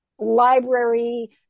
library